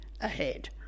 ahead